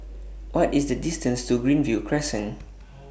What IS The distance to Greenview Crescent